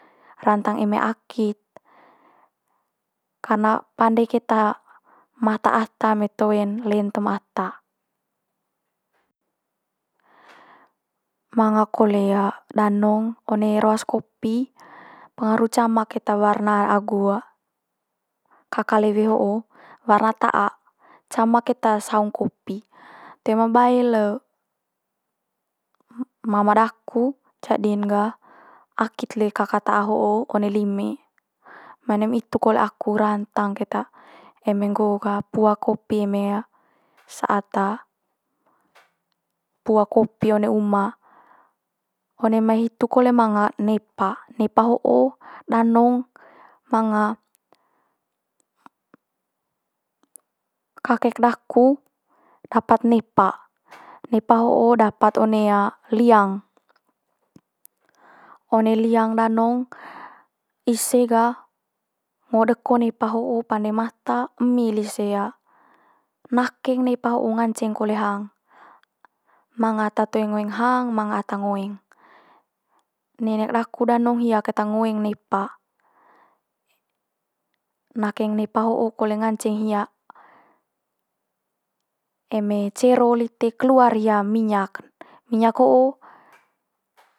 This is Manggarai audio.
Rantang eme akit, karna pande keta mata ata eme toen lentem ata. Manga kole danong one roas kopi pengaru cama keta warna agu kaka lewe ho'o warna ta'ak, cama keta saung kopi. Toe ma bae le m- mama daku jadi'n gah akit le kaka ta'a ho'o one lime. Mai one mai hitu kole aku rantang keta eme nggoo gah pua kopi eme saat pua kopi one mai uma. One mai hitu kole manga nepa, nepa ho'o danong manga kakek daku dapat nepa. Nepa ho'o dapat one liang. One liang danong ise gah ngo deko nepa ho'o pande mata emi lise nakeng nepa ho'o nganceng kole hang. Manga ata toe ngoeng hang, manga ata ngoeng. Nenek daku danong hia keta ngoeng nepa, nakeng nepa ho'o kole nganceng hia eme cero lite keluar hia minya, minyak ho'o.